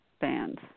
Bands